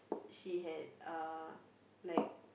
she had uh like